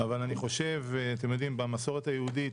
אבל אתם יודעים במסורת היהודית,